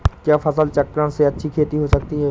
क्या फसल चक्रण से अच्छी खेती हो सकती है?